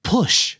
Push